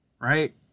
right